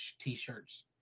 t-shirts